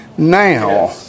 Now